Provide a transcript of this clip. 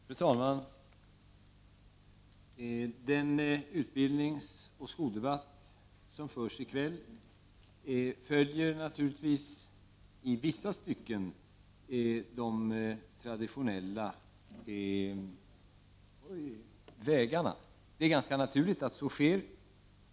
Fru talman! Den utbildningsoch skoldebatt som förs i kväll följer naturligtvis i vissa stycken de traditionella vägarna. Det är ganska naturligt att så sker.